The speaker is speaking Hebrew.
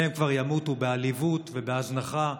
והם כבר ימותו בעליבות ובהזנחה,